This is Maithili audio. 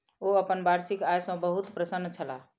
ओ अपन वार्षिक आय सॅ बहुत प्रसन्न छलाह